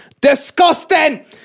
disgusting